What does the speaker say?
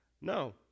No